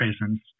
presence